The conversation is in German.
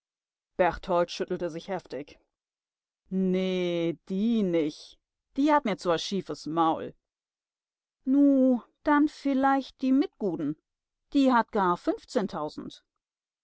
berthold schüttelte sich heftig nee die nich die hat mir zu a schiefes maul nu dann vielleichte die mitguden die hat gar fünfzehntausend